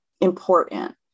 important